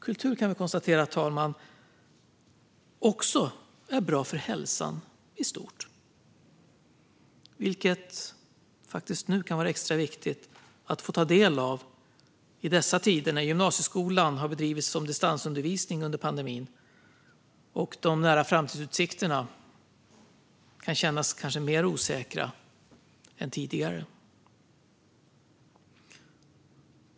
Kultur, fru talman, är också bra för hälsan i stort och kan vara extra viktigt att få ta del av i dessa tider när gymnasieskolan har bedrivit distansundervisning under pandemin och de nära framtidsutsikterna kanske kan kännas mer osäkra än tidigare.